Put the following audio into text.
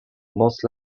most